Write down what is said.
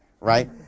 right